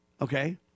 okay